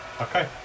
okay